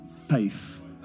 faith